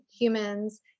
humans